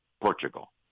Portugal